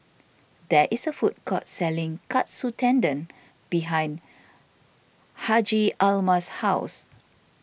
there is a food court selling Katsu Tendon behind Hjalmar's house